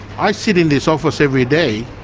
i sit in this office every day,